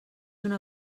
una